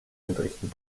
entrichten